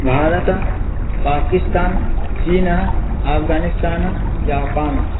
भारतं पाकिस्तान् चीना आफ्गानिस्तान जापान